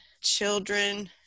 children